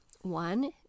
One